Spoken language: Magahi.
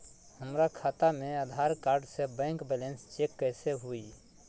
हमरा खाता में आधार कार्ड से बैंक बैलेंस चेक कैसे हुई?